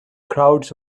crowds